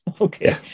Okay